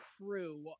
crew